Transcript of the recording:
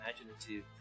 imaginative